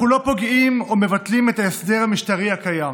אנחנו לא פוגעים או מבטלים את ההסדר המשטרי הקיים.